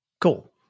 Cool